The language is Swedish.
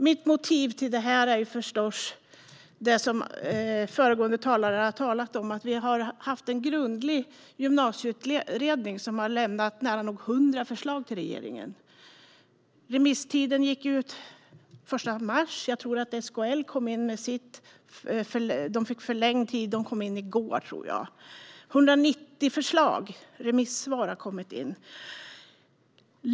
Mitt motiv till detta är förstås det som föregående talare har tagit upp: Vi har haft en grundlig gymnasieutredning som har lämnat nära nog hundra förslag till regeringen. Remisstiden gick ut den 1 mars. SKL fick förlängd tid och kom in med sitt remissvar i går. 190 remissvar har kommit in.